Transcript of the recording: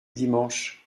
dimanche